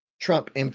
Trump